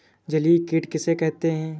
जलीय कीट किसे कहते हैं?